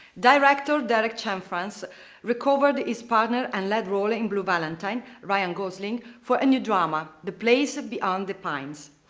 director derek cianfrance recovered his partner and lead role in blue valentine, ryan gosling, for a new drama, the place beyond the pines.